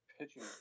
pitching